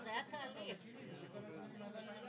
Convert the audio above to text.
כאן כן רוצים בתקופת המעבר לאפשר לארגון